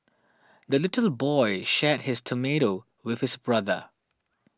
the little boy shared his tomato with his brother